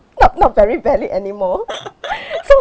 not not very valid anymore so~